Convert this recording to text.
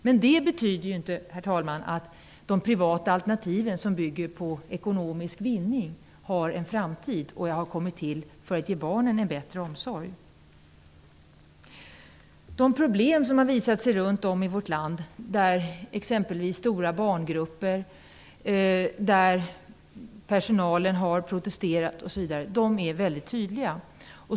Men det betyder ju inte, herr talman, att privata alternativ som bygger på ekonomisk vinning har en framtid och har kommit till för att ge barnen en bättre omsorg. De problem som har visat sig runt om i vårt land, exempelvis stora barngrupper, som personalen har protesterat mot, är väldigt tydliga.